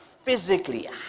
Physically